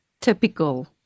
typical